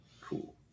Cool